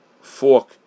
fork